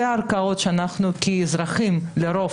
אלה הערכאות שאנחנו כאזרחים אגב,